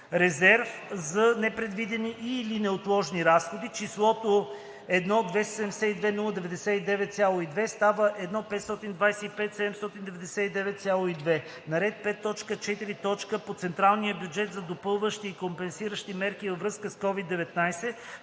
„Резерв за непредвидени и/или неотложни разходи“ числото „1 272 099,2“ става „1 525 799,2“; - на ред 5.4. „По централния бюджет за допълващи и компенсиращи мерки във връзка с COVID-19“